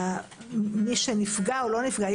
שמי שנפגע או לא נפגע,